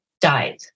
died